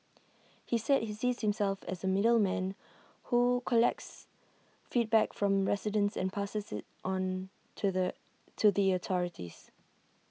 he said he sees himself as A middleman who collects feedback from residents and passes IT on to the to the authorities